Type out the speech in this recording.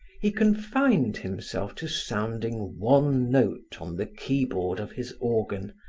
he confined himself to sounding one note on the keyboard of his organ,